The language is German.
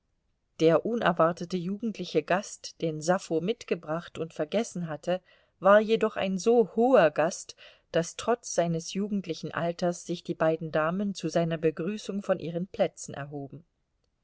der unerwartete jugendliche gast den sappho mitgebracht und vergessen hatte war jedoch ein so hoher gast daß trotz seines jugendlichen alters sich die beiden damen zu seiner begrüßung von ihren plätzen erhoben